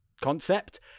concept